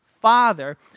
Father